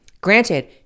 Granted